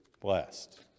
blessed